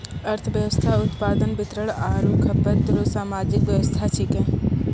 अर्थव्यवस्था उत्पादन वितरण आरु खपत रो सामाजिक वेवस्था छिकै